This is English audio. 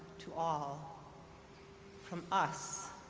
to all from us,